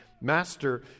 Master